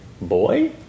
boy